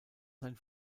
sein